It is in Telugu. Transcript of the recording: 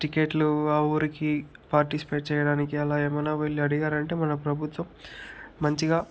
టికెట్లు ఆ ఊరికి పార్టిసిపేట్ చేయడానికి అలా ఏమైనా వెళ్ళి అడిగారంటే మన ప్రభుత్వం మంచిగా